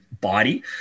body